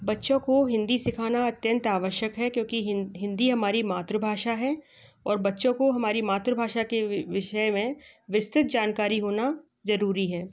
बच्चों को हिन्दी सिखाना अत्यंत आवश्यक है क्योंकि हिन्दी हमारी मातृ भाषा है और बच्चों को हमारी मातृ भाषा के विषय में विस्तृत जानकारी होना ज़रूरी है